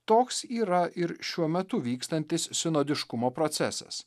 toks yra ir šiuo metu vykstantis sinodiškumo procesas